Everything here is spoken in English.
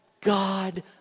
God